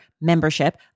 membership